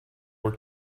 war